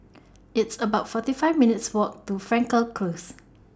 It's about forty five minutes' Walk to Frankel Close